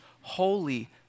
holy